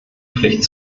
pflicht